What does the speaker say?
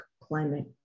climate